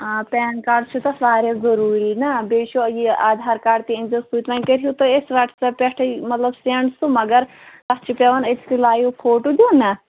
آ PAN card چھُ تَتھ واریاہ ضروٗری نا بیٚیہِ چھُ یہِ آدھار کارڈ تہِ أنۍزیٚو سۭتۍ وۄنۍ کٔرۍہیٖو تُہۍ اَسہِ وَٹس اَیپ پٮ۪ٹھٕے مطلب سیٚنٛڈ سُہ مگر تَتھ چھُ پٮ۪وان أتۍسٕے لایِو فوٹوٗ دیُن نا